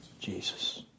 Jesus